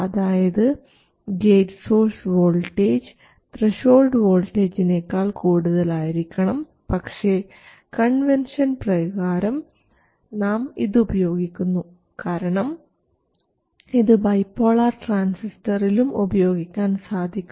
അതായത് gate source voltage threshold വോൾട്ടേജിനേക്കാൾ കൂടുതലായിരിക്കണം പക്ഷേ കൺവെൻഷൻ പ്രകാരം നാം ഇത് ഉപയോഗിക്കുന്നു കാരണം ഇത് ബൈപോളാർ ട്രാൻസിസ്റ്ററിലും ഉപയോഗിക്കാൻ സാധിക്കും